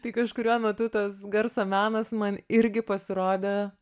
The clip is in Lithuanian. tai kažkuriuo metu tas garso menas man irgi pasirodė